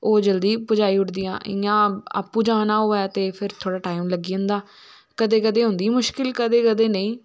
ओह् जल्दी पुजाई ओड़दियां इयां आपू जाना होऐ ते टाईम जादा लग्गी जंदा कदे कदे होंदाी मुश्कल कदें कदें नेईं